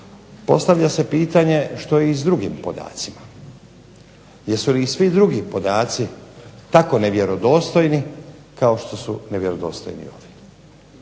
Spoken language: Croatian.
postavlja se pitanje što je i s drugim podacima? Jesu li i svi drugi podaci tako nevjerodostojni kao što su nevjerodostojni ovi?